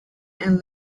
and